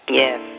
yes